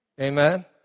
Amen